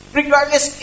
regardless